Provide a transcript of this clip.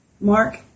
Mark